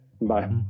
Bye